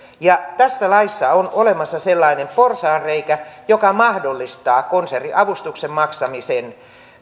ja tässä laissa on olemassa sellainen porsaanreikä joka mahdollistaa konserniavustuksen maksamisen